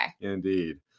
Indeed